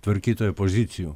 tvarkytojo pozicijų